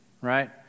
right